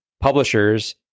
publishers